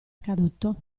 accaduto